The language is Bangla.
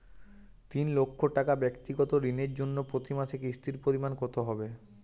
তিন লক্ষ টাকা ব্যাক্তিগত ঋণের জন্য প্রতি মাসে কিস্তির পরিমাণ কত হবে?